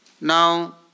now